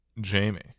Jamie